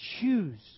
choose